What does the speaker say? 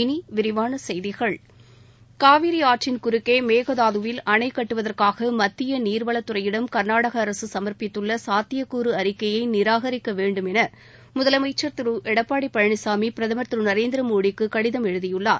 இனி விரிவான செய்திகள் காவிரி ஆற்றின் குறுக்கே மேகதாதுவில் அணை கட்டுவதற்காக மத்திய நீர்வளத்துறையிடம் கர்நாடக அரசு சுமர்ப்பித்துள்ள சாத்தியக்கூறு அறிக்கையை நிராகரிக்க வேண்டும் என முதலமைச்சர் திரு எடப்பாடி பழனிசாமி பிரதமர் திரு நரேந்திர மோடிக்கு கடிதம் எழுதியுள்ளார்